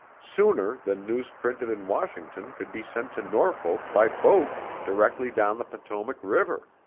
sooner than news printed in washington could be sent to norfolk by boat directly down the potomac river.